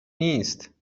نیست